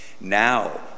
Now